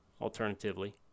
alternatively